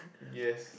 yes